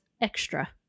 extra